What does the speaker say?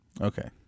Okay